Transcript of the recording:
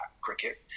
cricket